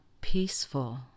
peaceful